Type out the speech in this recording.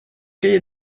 cahier